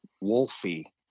Wolfie